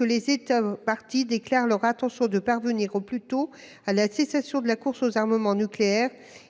les États parties déclarent « leur intention de parvenir au plus tôt à la cessation de la course aux armements nucléaires